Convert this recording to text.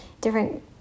different